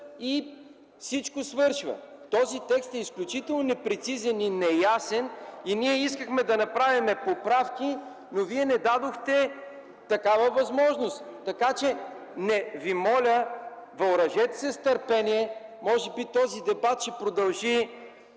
и всичко свършва. Този текст е изключително непрецизен и неясен и ние искахме да направим поправки, но Вие не дадохте такава възможност. Моля Ви, въоръжете се с търпение, може би този дебат ще продължи